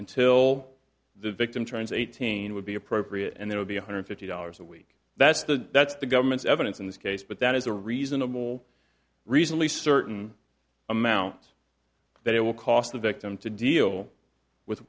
until the victim turns eighteen would be appropriate and there would be one hundred fifty dollars a week that's the that's the government's evidence in this case but that is a reasonable reasonably certain amount that it will cost the victim to deal with